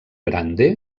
grande